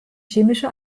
chemische